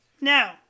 Now